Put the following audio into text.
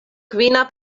kvina